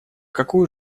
какую